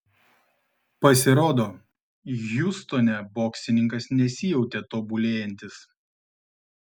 pasirodo hjustone boksininkas nesijautė tobulėjantis